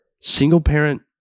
single-parent